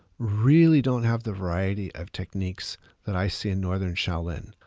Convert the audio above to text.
really don't have the variety of techniques that i see in northern shaolin.